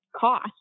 cost